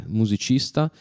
musicista